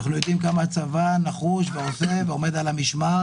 אנחנו יודעים עד כמה הצבא נחוש ועושה ועומד על המשמר